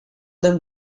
them